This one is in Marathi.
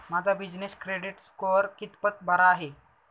माझा बिजनेस क्रेडिट स्कोअर कितपत बरा आहे?